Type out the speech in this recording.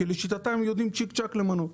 לשיטתם הם יודעים מהר מאוד למנות.